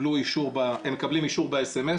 הם מקבלים אישור באס.אמ.אס.